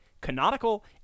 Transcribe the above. canonical